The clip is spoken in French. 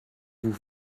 vous